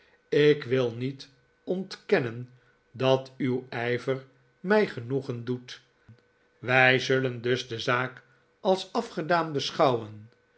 ik wil niet ontkennen dat uw ijver mij genoegen doet wij zullen dus de zaak als afgedaan beschouwen